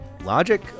logic